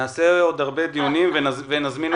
נקיים עוד הרבה דיונים, ונזמין אותך, כמובן.